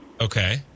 Okay